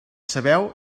sabeu